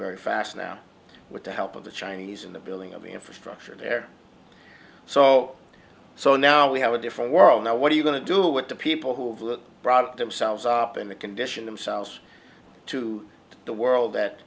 very fast now with the help of the chinese in the building of the infrastructure there so so now we have a different world now what are you going to do with the people who blew themselves up in the condition themselves to the world that